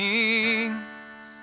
Kings